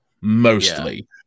Mostly